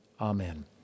amen